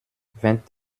vingt